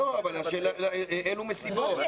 אילו מסיבות?